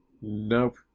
Nope